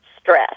stress